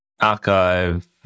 archive